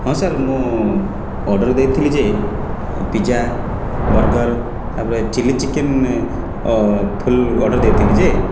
ହଁ ସାର୍ ମୁଁ ଅର୍ଡ଼ର୍ ଦେଇଥିଲି ଯେ ପିଜା ବର୍ଗର୍ ତା ପରେ ଚିଲି ଚିକେନ୍ ଫୁଲ୍ ଅର୍ଡ଼ର୍ ଦେଇଥିଲି ଯେ